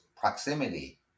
Proximity